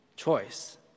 choice